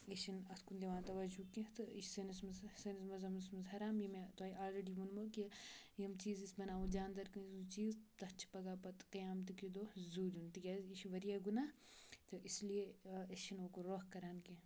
أسۍ چھِنہٕ اَتھ کُن دِوان تَوَجوٗ کیٚنٛہہ تہٕ یہِ چھِ سٲنِس سٲنِس مذہَبَس منٛز حَرام یہِ مےٚ تۄہہِ آلریڈی ووٚنمو کہِ یِم چیٖز أسۍ بَناوو جاندَر کٲنٛسہِ ہُنٛد چیٖز تَتھ چھِ پَگاہ پَتہٕ قیام تہٕ کہِ دۄہ زوٗ دِیُن تِکیٛازِ یہِ چھِ وارِیاہ گُناہ تہٕ اِسلیے أسۍ چھِنہٕ اوٚکُن رۄخ کَران کیٚنٛہہ